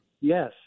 Yes